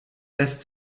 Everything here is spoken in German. lässt